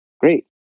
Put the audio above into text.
Great